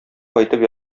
кайтып